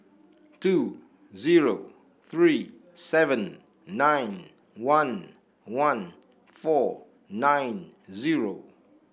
two zero three seven nine one one four nine zero